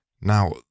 Now